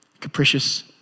capricious